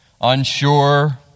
Unsure